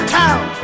town